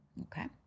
Okay